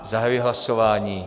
Zahajuji hlasování.